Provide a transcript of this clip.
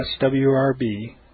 swrb